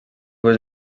was